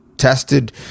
tested